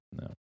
No